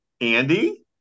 Andy